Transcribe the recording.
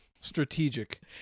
Strategic